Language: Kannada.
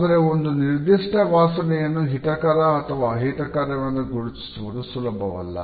ಆದರೆ ಒಂದು ನಿರ್ದಿಷ್ಟ ವಾಸನೆಯನ್ನು ಹಿತಕರ ಅಥವಾ ಅಹಿತಕರವೆಂದು ಗುರುತಿಸುವುದು ಸುಲಭವಲ್ಲ